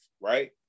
right